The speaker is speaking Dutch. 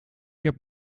heb